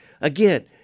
again